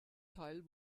teil